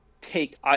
take